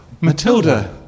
Matilda